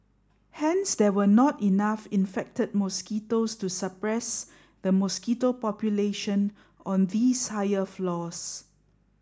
hence there were not enough infected mosquitoes to suppress the mosquito population on these higher floors